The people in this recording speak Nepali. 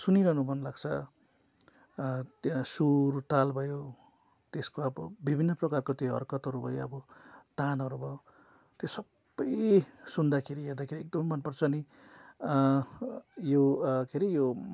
सुनिरहनु मन लाग्छ त्यहाँ सुर ताल भयो त्यसको अब विभिन्न प्रकारको त्यो हर्कतहरू भयो अब तानहरू भयो त्यो सबै सुन्दाखेरि हेर्दाखेरि एकदम मनपर्छ अनि यो के अरे यो